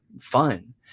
fun